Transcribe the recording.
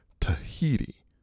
tahiti